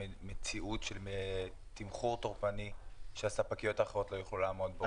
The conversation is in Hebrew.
מציאות של תמחור טורפני שהספקיות האחרות לא יוכלו לעמוד בו?